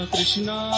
Krishna